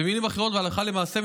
במילים אחרות והלכה למעשה,